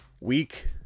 Week